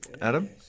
Adam